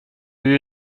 you